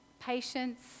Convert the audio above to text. patience